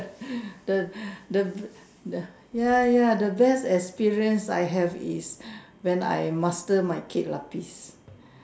the the the ya ya the best experience I have is when I master my kuih-lapis